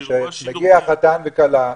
שמגיע חתן וכלה,